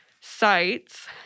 sites